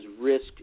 risk